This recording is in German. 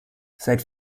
seit